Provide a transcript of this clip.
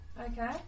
Okay